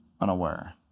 unaware